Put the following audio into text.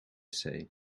say